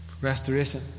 Restoration